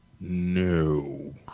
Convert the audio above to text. No